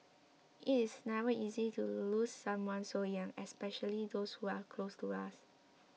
it is never easy to lose someone so young especially those who are close to us